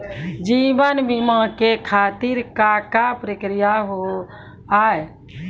जीवन बीमा के खातिर का का प्रक्रिया हाव हाय?